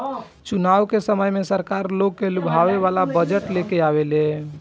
चुनाव के समय में सरकार लोग के लुभावे वाला बजट लेके आवेला